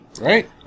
right